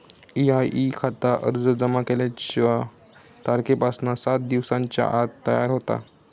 EIE खाता अर्ज जमा केल्याच्या तारखेपासना सात दिवसांच्या आत तयार होता